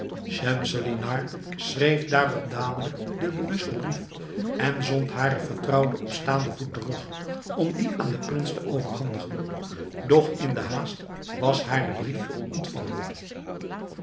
schemselnihar schreef daarop dadelijk den bewusten brief en zond hare vertrouwde op staanden voet terug om dien aan den prins te overhandigen doch in den haast was haar den brief ontvallen